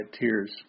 tears